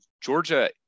Georgia